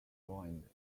joined